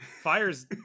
fire's